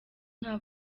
nta